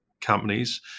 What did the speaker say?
companies